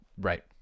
Right